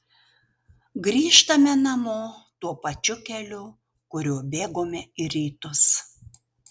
grįžtame namo tuo pačiu keliu kuriuo bėgome į rytus